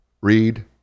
Read